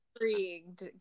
intrigued